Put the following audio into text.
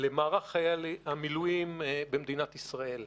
למערך חיילי המילואים במדינת ישראל.